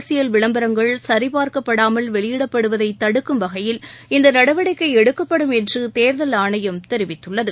அரசியல் விளம்பரங்கள் சரிபார்க்கப்படாமல் வெளியிடப்படுவதை தடுக்கும் வகையில் இந்த நடவடிக்கை எடுக்கப்படும் என்று தேர்தல் ஆணையம் தெரிவித்துள்ளது